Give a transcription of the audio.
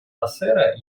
насера